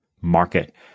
market